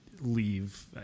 leave